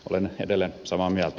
olen edelleen samaa mieltä